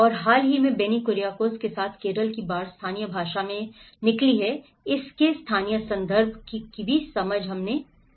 और हाल ही में बेनी कुरीकोज़ के साथ केरल की बाढ़ स्थानीय भाषा में निकली है इसके स्थानीय संदर्भ को समझना